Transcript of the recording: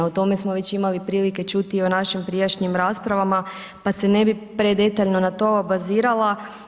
O tome smo već imali prilike čuti i o našim prijašnjim rasprava, pa se ne bi premetaljko na to obazirala.